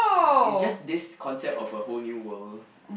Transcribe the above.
is just this concept of a whole new world